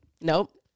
Nope